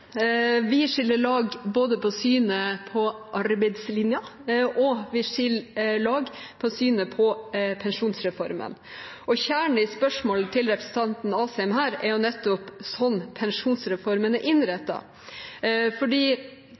Vi skiller lag i synet på arbeidslinjen, og vi skiller lag i synet på pensjonsreformen. Kjernen i spørsmålet til representanten Asheim er nettopp sånn pensjonsreformen er